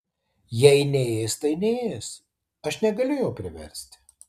jei neės tai neės aš negaliu jo priversti